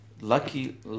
lucky